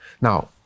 Now